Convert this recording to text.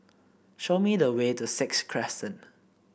show me the way to Sixth Crescent